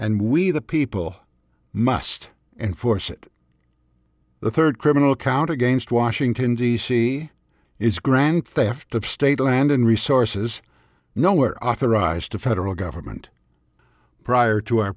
and we the people must enforce it the third criminal count against washington d c is grand theft of state land and resources nowhere authorized the federal government prior to our